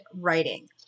writing